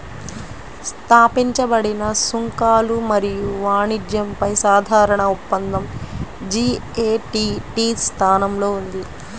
స్థాపించబడిన సుంకాలు మరియు వాణిజ్యంపై సాధారణ ఒప్పందం జి.ఎ.టి.టి స్థానంలో ఉంది